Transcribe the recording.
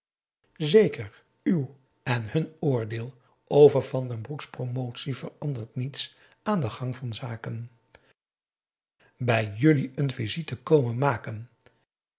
zeker uw en hun oordeel over van den broek's promotie verandert niets aan den gang van zaken bij jullie een visite komen maken